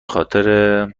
خاطر